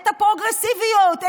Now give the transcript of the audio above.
את הפרוגרסיביות,